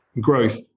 growth